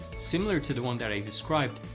similar to the one that i described,